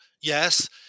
yes